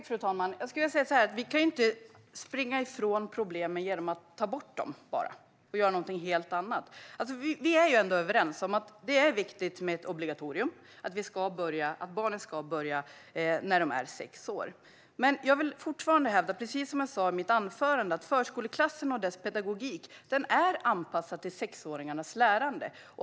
Fru talman! Vi kan inte springa ifrån problemen genom att bara ta bort dem och göra någonting helt annat. Vi är ändå överens om att det är viktigt med ett obligatorium och att barnen ska börja i skolan när de är sex år. Men jag vill fortfarande hävda, precis som jag sa i mitt anförande, att förskoleklassen och dess pedagogik är anpassad till sexåringarnas lärande.